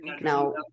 Now